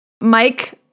Mike